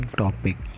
topic